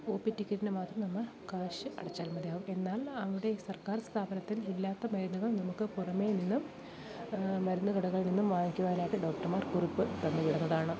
ഓ P ടിക്കറ്റിന് മാത്രം നമ്മൾ കാശ് അടച്ചാൽ മതിയാകും എന്നാൽ അവിടെ സർക്കാർ സ്ഥാപനത്തിൽ ഇല്ലാത്ത മരുന്നുകൾ നമുക്ക് പുറമേ നിന്നും മരുന്നു കടകളിൽ നിന്നും വാങ്ങിക്കുവാനായിട്ട് ഡോക്ടർമാർ കുറിപ്പ് തന്നു വിടുന്നതാണ്